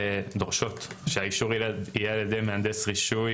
דורשות שהאישור יהיה על ידי מהנדס רשוי